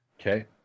Okay